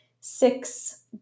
six